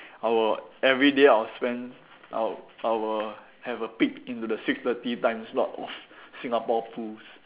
I will everyday I will spend I'll I will have a peek into the six thirty time slot of Singapore Pools